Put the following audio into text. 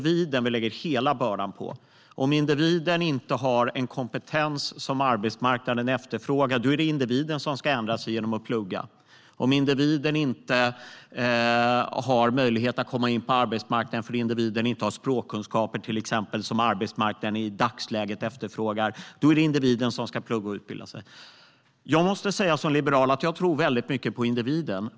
Vi lägger hela bördan på individen. Om individen inte har en kompetens som arbetsmarknaden efterfrågar är det individen som ska ändra sig genom att plugga. Om individen inte har möjlighet att komma in på arbetsmarknaden för att individen till exempel inte har språkkunskaper som arbetsmarknaden i dagsläget efterfrågar är det individen som ska plugga och utbilda sig. Jag måste som liberal säga att jag tror väldigt mycket på individen.